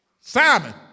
Simon